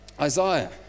Isaiah